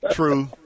True